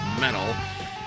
metal